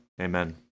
Amen